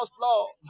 Lord